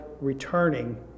returning